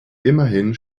immerhin